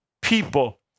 people